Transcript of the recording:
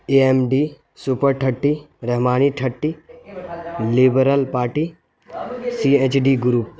a M D super thirty Rahmani thirty liberal party C H D grow